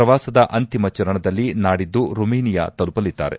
ಪ್ರವಾಸದ ಅಂತಿಮ ಚರಣದಲ್ಲಿ ನಾಡಿದ್ದು ರೊಮೇನಿಯಾ ತಲುಪಲಿದ್ದಾರೆ